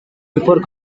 before